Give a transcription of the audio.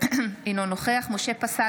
אינו נוכח משה פסל,